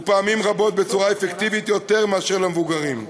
ופעמים רבות בצורה אפקטיבית יותר מאשר למבוגרים.